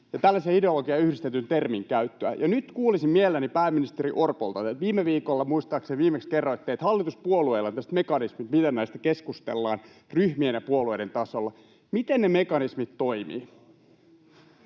ja tällaiseen ideologiaan yhdistetyn termin käyttöä. Nyt kuulisin mielelläni pääministeri Orpolta, kun muistaakseni viime viikolla viimeksi kerroitte, että hallituspuolueilla on tällaiset mekanismit, miten näistä keskustellaan ryhmien ja puolueiden tasolla: miten ne mekanismit toimivat?